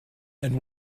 and